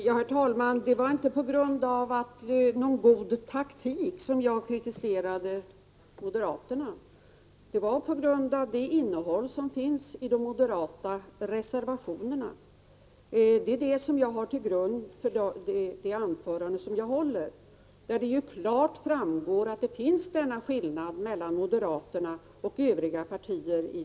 Herr talman! Det var inte på grund av någon god taktik som jag kritiserade moderaterna. Det skedde på grund av innehållet i de moderata reservationerna. De har legat till grund för mitt anförande. Av reservationerna framgår klart att det i dessa frågor finns en skillnad mellan moderaterna och övriga partier.